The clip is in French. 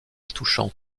touchante